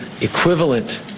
equivalent